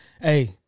hey